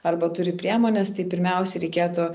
arba turi priemones tai pirmiausia reikėtų